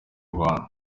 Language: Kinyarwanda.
rwanda